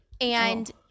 and-